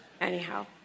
Anyhow